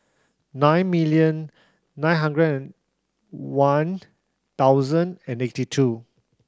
nine million nine hundred and one thousand and eighty two